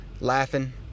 laughing